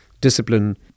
discipline